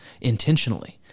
intentionally